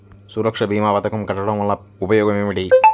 సురక్ష భీమా పథకం కట్టడం వలన ఉపయోగం ఏమిటి?